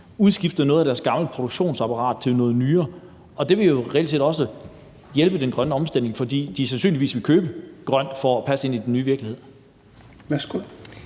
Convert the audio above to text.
udskifte noget af deres gamle produktionsapparat til noget nyere? Og det vil jo reelt set også hjælpe den grønne omstilling, fordi de sandsynligvis vil købe grønt for at passe ind i den nye virkelighed.